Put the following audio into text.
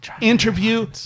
Interview